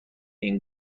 این